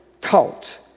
cult